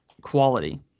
quality